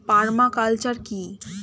Parma culture কি?